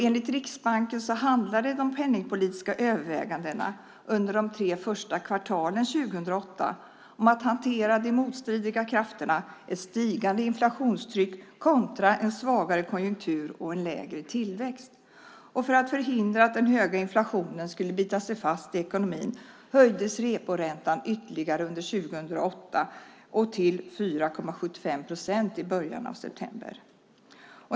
Enligt Riksbanken handlade de penningpolitiska övervägandena under de tre första kvartalen 2008 om att hantera de motstridiga krafterna - ett stigande inflationstryck kontra en svagare konjunktur och en lägre tillväxt. För att förhindra att den höga inflationen skulle bita sig fast i ekonomin höjdes reporäntan ytterligare under 2008 till 4,75 procent i början av september.